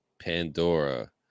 Pandora